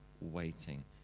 waiting